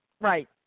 Right